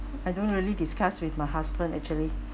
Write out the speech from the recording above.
I don't really discuss with my husband actually